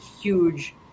huge